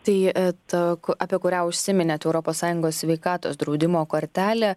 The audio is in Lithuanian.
tai ta apie kurią užsiminėt europos sąjungos sveikatos draudimo kortelė